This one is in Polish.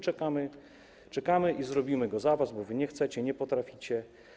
Czekamy, czekamy i zrobimy go za was, bo wy nie chcecie, nie potraficie.